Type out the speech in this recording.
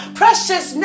precious